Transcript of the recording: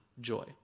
joy